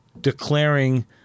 declaring